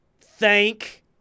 thank